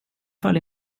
fall